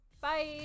Bye